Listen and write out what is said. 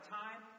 time